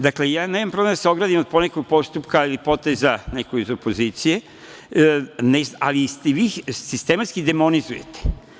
Dakle, ja nemam problem da se ogradim od nekog postupka ili poteza nekoga iz opozicije, ali vi ih sistematski demonizujete.